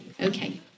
Okay